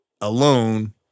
alone